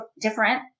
different